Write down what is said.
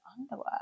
underwear